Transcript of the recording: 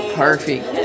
perfect